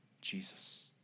Jesus